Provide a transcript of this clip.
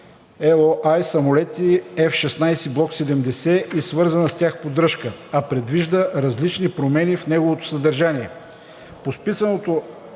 LOA „Самолети F-16 Block 70 и свързана с тях поддръжка“, а предвижда различни промени в неговото съдържание.